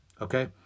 okay